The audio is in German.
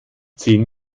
zehn